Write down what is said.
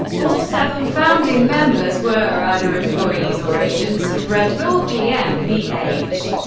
all seven founding members were either employees or agents of red bull gmbh.